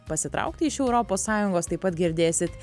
pasitraukti iš europos sąjungos taip pat girdėsit